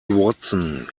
watson